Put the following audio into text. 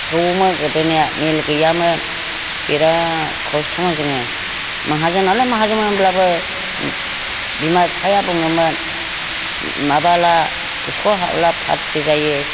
सोवौमोन गोदोनिया मिल गैयामोन बिराद खस्त'मोन जोङो माहाजोनालाय माहाजोन होनब्लाबो बिमा बिफाया बुङोमोन माबाब्ला स्कुल हाबब्ला फाथति जायो